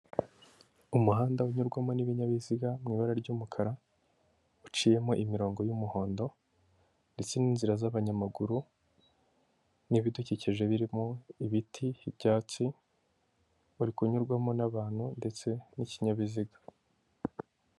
Umuhanda unyurwamo n'ibinyabiziga mu ibara ry'umukara, uciyemo imirongo y'umuhondo ndetse n'inzira z'abanyamaguru n'ibidukije birimo, ibiti, byatsi, uri kunyurwamo n'abantu ndetse n'ikinyabiziga.